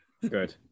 Good